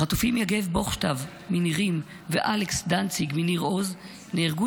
החטופים יגב בוכשטב מנירים ואלכס דנציג מניר עוז נהרגו